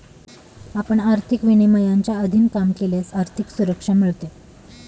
आपण आर्थिक विनियमांच्या अधीन काम केल्यास आर्थिक सुरक्षा मिळते